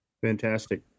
Fantastic